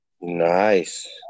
Nice